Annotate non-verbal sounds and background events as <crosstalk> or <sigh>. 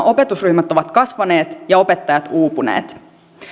<unintelligible> opetusryhmät ovat kasvaneet ja opettajat uupuneet